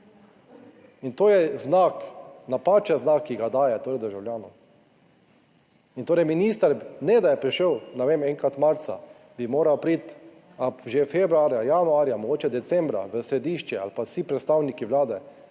in to je znak, napačen znak, ki ga daje torej državljanom. In torej minister, ne da je prišel, ne vem, enkrat marca, bi moral priti že februarja, januarja, mogoče decembra v Središče ali pa vsi predstavniki Vlade